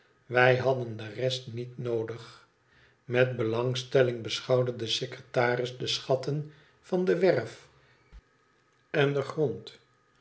wij hadden de rest niet noodig met belangstelling beschouwde de secretaris de schatten van de wer en den grond